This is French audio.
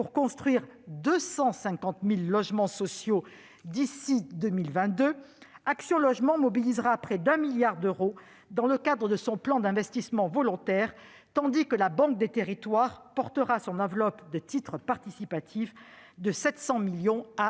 pour la construction de 250 000 logements sociaux d'ici à 2022, Action Logement mobilisera près de 1 milliard d'euros dans le cadre de son plan d'investissement volontaire, tandis que la Banque des territoires portera son enveloppe de titres participatifs de 700 millions à 1